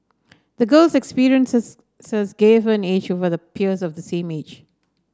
the girl's experiences gave her an edge over her peers of the same age